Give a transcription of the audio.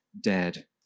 dead